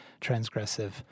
transgressive